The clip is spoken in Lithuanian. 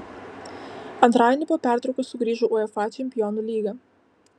antradienį po pertraukos sugrįžo uefa čempionų lyga